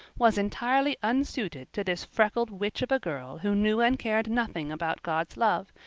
was entirely unsuited to this freckled witch of a girl who knew and cared nothing about god's love,